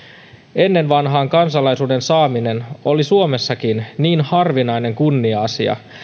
ennen vanhaan kansalaisuuden saaminen oli suomessakin niin harvinainen kunnia asia